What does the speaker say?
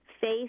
faith